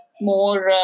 more